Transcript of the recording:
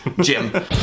jim